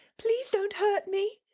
please don't hurt me!